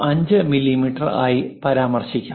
05 millimetre ആയി പരാമർശിക്കാം